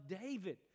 David